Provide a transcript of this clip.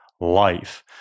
life